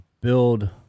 build